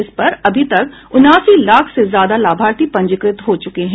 इस पर अभी तक उनासी लाख से ज्यादा लाभार्थी पंजीकृत हो चुके हैं